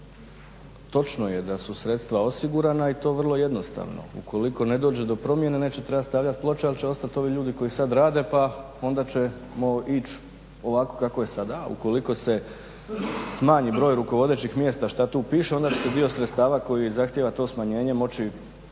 točno je da su sredstva osigurana i to vrlo jednostavno, ukoliko ne dođe do promjene, neće trebati stavljati ploče, ali će ostati ovi ljudi koji sada rade pa onda ćemo ići ovako kako je sada, a ukoliko se smanji broj rukovodećih mjesta, što tu piše, onda će se dio sredstava koji zahtjeva to smanjenje moći